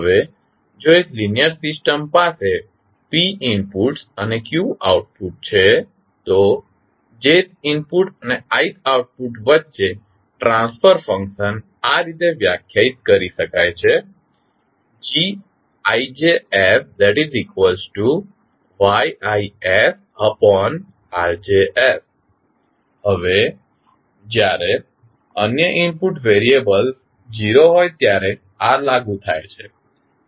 હવે જો એક લીનીઅર સિસ્ટમ પાસે p ઇનપુટ્સ અને q આઉટપુટ છે તો jth ઇનપુટ અને ith આઉટપુટ વચ્ચે ટ્રાન્સફર ફંક્શન આ રીતે વ્યાખ્યાયિત કરી શકાય છે GijsYiRj હવે જ્યારે અન્ય ઇનપુટ વેરીયબલ્સ 0 હોય ત્યારે આ લાગુ થાય છે